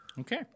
Okay